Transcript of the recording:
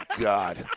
God